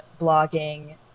blogging